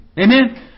Amen